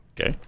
Okay